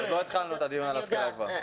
עוד לא התחלנו את הדיון על ההשכלה הגבוהה.